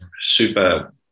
super –